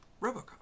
RoboCop